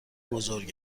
بزرگ